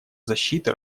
защиты